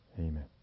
Amen